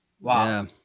Wow